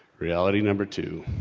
reality number two.